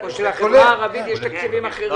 או שלחברה הערבית יש תקציבים אחרים?